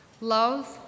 Love